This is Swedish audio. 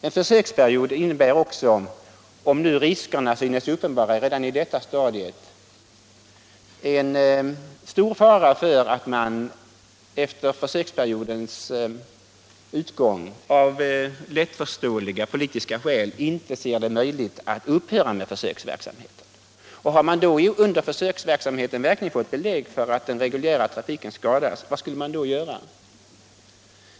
En försöksperiod innebär också, om nu riskerna synes uppenbara redan på detta stadium, en stor fara för att man efter försöksperiodens utgång av lättförståeliga politiska skäl inte ser det möjligt att upphöra med försöksverksamheten. Och har man under försöksverksamheten verkligen fått belägg för att den reguljära trafiken skadas — vad skulle man i så fall göra?